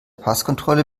passkontrolle